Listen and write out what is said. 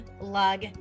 lug